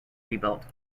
rebuilt